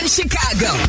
Chicago